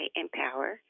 empower